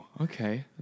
Okay